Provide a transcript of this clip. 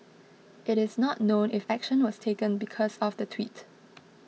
it is not known if action was taken because of the tweet